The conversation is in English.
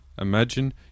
imagine